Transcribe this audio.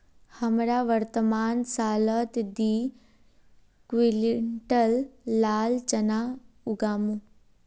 हमरा वर्तमान सालत दी क्विंटल लाल चना उगामु